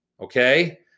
okay